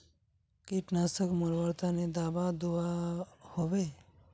कीटनाशक मरवार तने दाबा दुआहोबे?